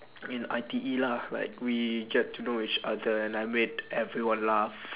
in I_T_E lah like we get to know each other and I made everyone laugh